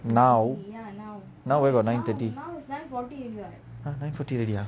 now now where got nine thirty !huh! nine forty already ah